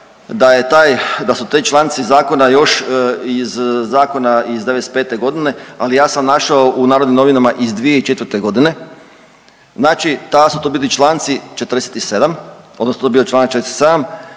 da su ti članci zakona još iz zakona iz '95.g., ali ja sam našao u Narodnim Novinama iz 2004.g., znači tada su to bili čl. 47. odnosno to je bio čl. 47.